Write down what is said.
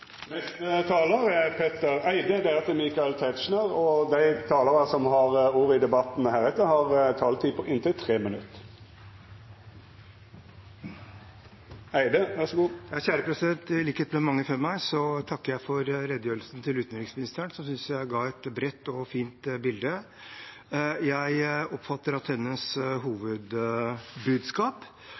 som heretter får ordet, har ei taletid på inntil 3 minutt. I likhet med mange før meg takker jeg for redegjørelsen fra utenriksministeren, som jeg synes ga et bredt og fint bilde. Jeg oppfatter at hennes hovedbudskap